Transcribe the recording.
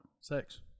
Sex